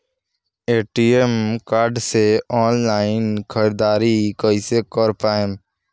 ATM card से online ख़रीदारी कइसे कर पाएम?